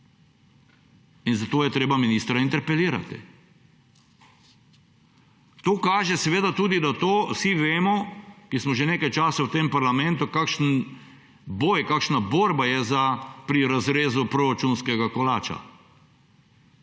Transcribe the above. In zato je treba ministra interpelirati?! To kaže – in seveda tudi to vsi, ki smo že nekaj časa v tem parlamentu, vemo –, kakšna borba je pri razrezu proračunskega kolača.